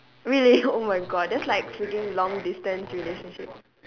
really oh my god that's like freaking long distance relationship